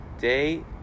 day